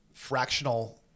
fractional